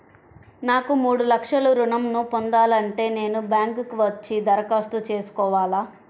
నాకు మూడు లక్షలు ఋణం ను పొందాలంటే నేను బ్యాంక్కి వచ్చి దరఖాస్తు చేసుకోవాలా?